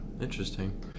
Interesting